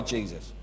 Jesus